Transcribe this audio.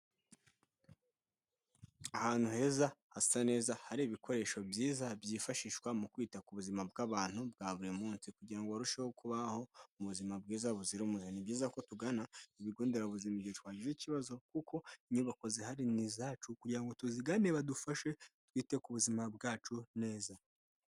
Ahantu heza hasa neza hari ibikoresho byiza byifashishwa mu kwita ku buzima bw'abantu bwa buri munsi kugira ngo barusheho kubaho mu buzima bwiza buzira umuze, ni byiza ko tugana ibigo nderabuzima igihe twagize ikibazo kuko inyubako zihari ni izacu kugira ngo tuzigane badufashe twite ku buzima bwacu neza.